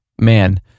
Man